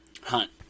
hunt